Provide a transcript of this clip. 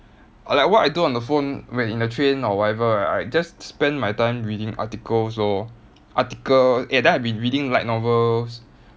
like what I do on the phone when in the train or whatever right I just spend my time reading articles lor article eh then I've been reading light novels